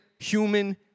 human